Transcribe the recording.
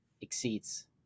exceeds